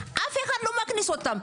אף אחד לא מכניס אותם,